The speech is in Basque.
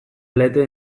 lete